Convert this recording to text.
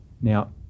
Now